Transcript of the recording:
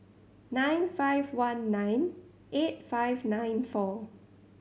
nine five one nine eight five nine four